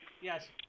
Yes